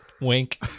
Wink